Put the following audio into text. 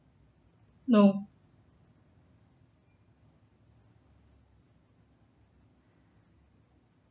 no